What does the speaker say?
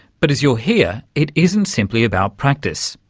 but as you'll hear, it isn't simply about practice,